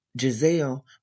Giselle